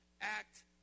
act